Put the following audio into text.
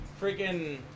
Freaking